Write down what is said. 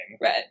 right